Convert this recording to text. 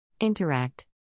Interact